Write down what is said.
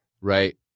right